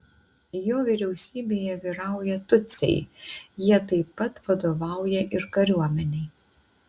jo vyriausybėje vyrauja tutsiai jie taip pat vadovauja ir kariuomenei